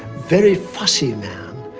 very fussy man.